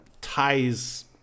ties